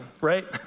right